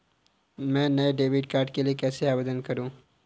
मैं नए debit card के लिए कैसे आवेदन करूं?